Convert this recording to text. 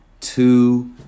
two